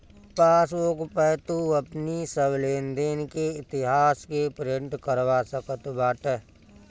passbook पअ तू अपनी सब लेनदेन के इतिहास के प्रिंट करवा सकत बाटअ